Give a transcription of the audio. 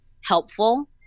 helpful